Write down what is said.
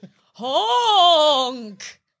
Honk